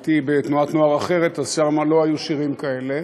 הייתי בתנועת נוער אחרת, אז שם לא היו שירים כאלה.